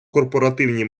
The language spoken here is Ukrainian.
корпоративні